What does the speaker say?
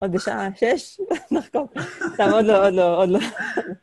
עוד שעה שש, נחכו. טוב, עוד לא, עוד לא, עוד לא